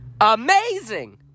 amazing